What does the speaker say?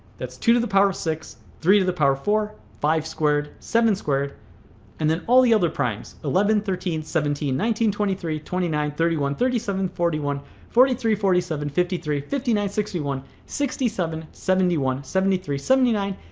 that's two to the power six, three to the power four, five squared, seven squared and then all the other p thirteen, seventeen, nineteen, twenty three, twenty nine, thirty one, thirty seven, forty one forty three, forty seven, fifty three, fifty nine, sixty one, sixty seven, seventy one, seventy three, seventy nine,